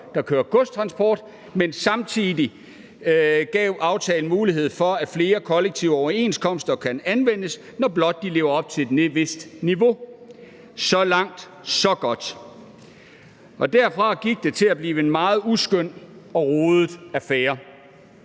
der kører godstransport, men samtidig gav aftalen mulighed for, at flere kollektive overenskomster kan anvendes, når blot de lever op til et vist niveau. Så langt, så godt. Derfra gik det til at blive en meget uskøn og rodet affære,